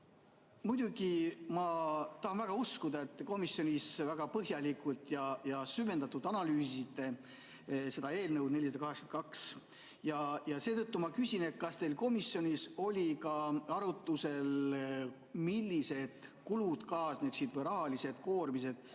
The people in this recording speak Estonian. Muidugi ma tahan väga uskuda, et te komisjonis väga põhjalikult ja süvendatult analüüsisite seda eelnõu, 482. Seetõttu ma küsin: kas teil komisjonis oli ka arutusel, millised kulud või rahalised koormised